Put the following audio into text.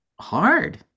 hard